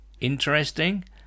interesting